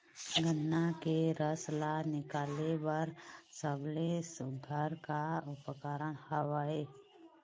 गन्ना के रस ला निकाले बर सबले सुघ्घर का उपकरण हवए?